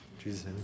Jesus